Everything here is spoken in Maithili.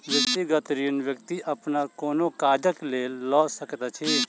व्यक्तिगत ऋण व्यक्ति अपन कोनो काजक लेल लऽ सकैत अछि